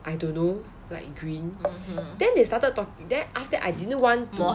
I don't know like green then they started talk then after I didn't want to